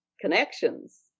connections